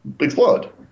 explode